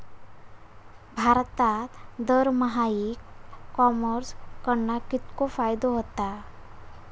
भारतात दरमहा e commerce कडणा कितको फायदो होता?